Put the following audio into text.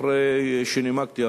אחרי שנימקתי,